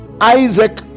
Isaac